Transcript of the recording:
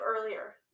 earlier